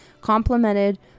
complemented